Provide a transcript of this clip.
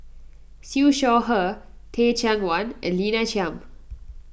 Siew Shaw Her Teh Cheang Wan and Lina Chiam